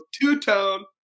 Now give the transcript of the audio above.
two-tone